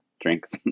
drinks